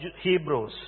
Hebrews